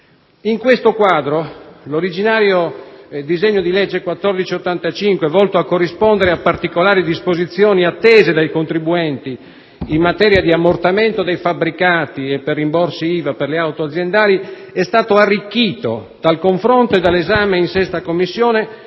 In questo quadro, l'originario disegno di legge n. 1485, volto a introdurre particolari disposizioni attese dai contribuenti in materia di ammortamento dei fabbricati e di rimborsi IVA per le auto aziendali, è stato arricchito dal confronto e dall'esame in 6a Commissione